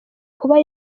kuba